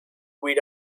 with